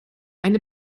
eine